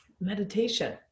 meditation